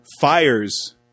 fires